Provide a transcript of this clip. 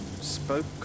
spoke